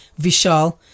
Vishal